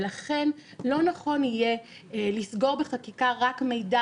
ולכן לא נכון יהיה לסגור בחקיקה רק מידע